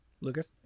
Lucas